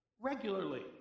regularly